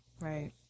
Right